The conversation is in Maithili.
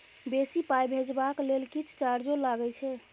बेसी पाई भेजबाक लेल किछ चार्जो लागे छै?